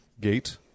gate